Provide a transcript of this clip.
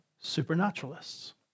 supernaturalists